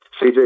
CJ